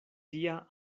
tia